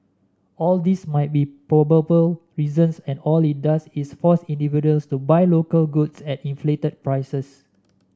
all these might be probable reasons and all it does is force individuals to buy local goods at inflated prices